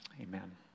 amen